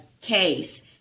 case